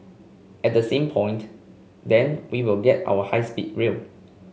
at the same point then we will get our high speed rail